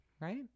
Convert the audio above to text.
right